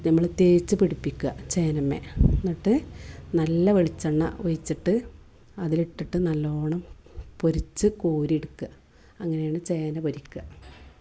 നമ്മൾ തേച്ചു പിടിപ്പിയ്ക്കുക ചേനമ്മെ എന്നിട്ട് നല്ല വെളിച്ചെണ്ണ ഒഴിച്ചിട്ട് അതിലിട്ടിട്ട് നല്ലവണ്ണം പൊരിച്ചു കോരിയെടുക്കുക അങ്ങനെയാണ് ചേന പൊരിക്കുക